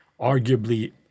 arguably